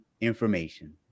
information